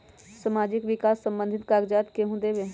समाजीक विकास संबंधित कागज़ात केहु देबे?